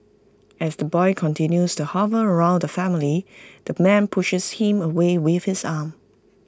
as the boy continues to hover around the family the man pushes him away with his arm